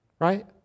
Right